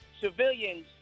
civilians